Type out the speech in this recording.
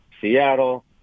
Seattle